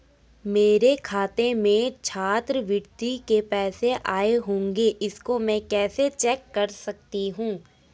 मेरे खाते में छात्रवृत्ति के पैसे आए होंगे इसको मैं कैसे चेक कर सकती हूँ?